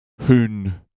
hoon